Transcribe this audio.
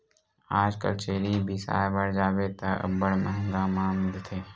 आजकल छेरी बिसाय बर जाबे त अब्बड़ मंहगा म मिलथे